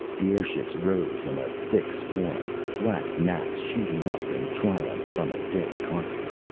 the airships rose in a thick swarm, black gnats shooting up in triumph from a dead carcass.